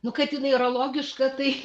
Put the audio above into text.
nu kad jinai yra logiška tai